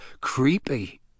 creepy